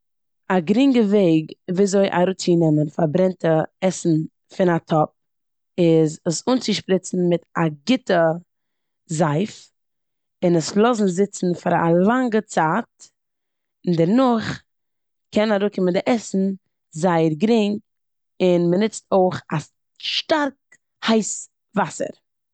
א גרינגע וועג וויאזוי אראפצינעמען פארברענטע עסן פון א טאפ איז עס אנצישפריצן מיט א גוטע זייף און עס לאזן זיצן פאר א לאנגע צייט און דערנאך קען אראפקומען די עסן זייער גרינג און מ'נוצט אויך א שטארק הייס וואסער.